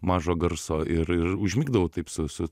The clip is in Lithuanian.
mažo garso ir ir užmigdavau taip su su